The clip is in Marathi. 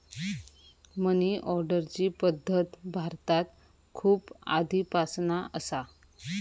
मनी ऑर्डरची पद्धत भारतात खूप आधीपासना असा